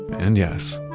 and yes,